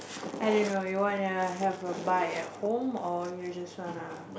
i don't know you wanna have a bite at home or you just wanna